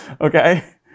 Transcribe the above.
okay